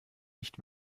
nicht